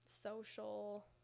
social